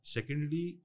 Secondly